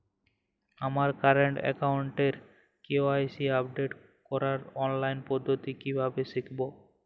আমার কারেন্ট অ্যাকাউন্টের KYC update করার অনলাইন পদ্ধতি কীভাবে শিখব?